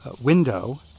window